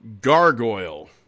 gargoyle